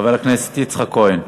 חבר הכנסת יצחק כהן,